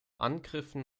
angriffen